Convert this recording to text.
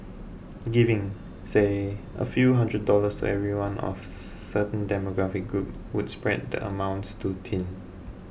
giving say a few hundred dollars everyone of certain demographic group would spread the amounts too thin